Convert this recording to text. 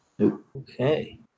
Okay